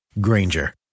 Granger